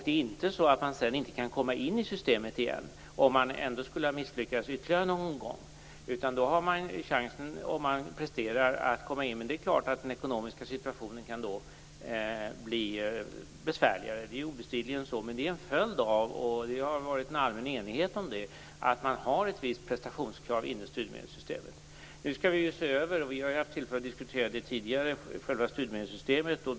Det är inte så att man sedan inte kan komma in i systemet igen om man ändå skulle ha misslyckats någon gång ytterligare, utan man har chansen att komma in om man kan visa prestationsresultat. Men det är klart att den ekonomiska situationen då kan bli besvärligare. Det är obestridligen så, men det är en följd av - och det har varit en allmän enighet om det - att man har ett visst prestationskrav inom studiemedelssystemet. Vi skall nu se över själva studiemedelssystemet, vilket vi har ju haft tillfälle att diskutera tidigare.